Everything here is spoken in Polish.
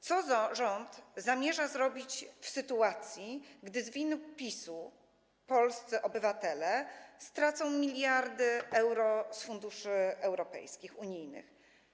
Co rząd zamierza zrobić w sytuacji, gdy z winy PiS-u polscy obywatele stracą miliardy euro z funduszy europejskich, unijnych?